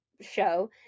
show